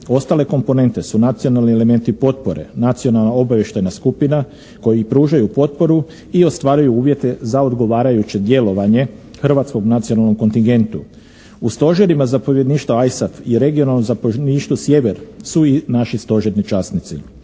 Ostale komponente su: nacionalni elementi potpore, nacionalna obavještajna skupina koji pružaju potporu i ostvaruju uvjete za odgovarajuće djelovanje hrvatskog nacionalnog kontingentu. U stožerima zapovjedništva ISAF i regionalnom zapovjedništvu sjever su i naši stožerni časnici.